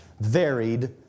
varied